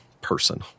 person